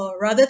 all rather than